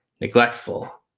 neglectful